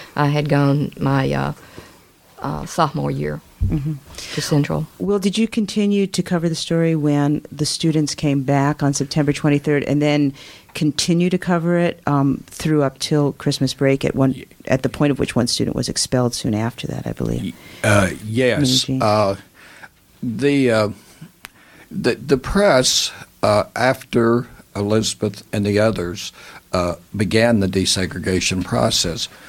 I had gone my, uh, uh, sophomore year Mhm. to Central. Well, did you continue to cover the story when the students came back on September 23rd and then continue to cover it, um, through up till Christmas break at one- Ye- at the point of which one student was expelled soon after that, I believe? Ye- uh, yes. Minnijean? Uh, the, uh, the- the press, uh, after Elizabeth and the others, uh, began the desegregation process,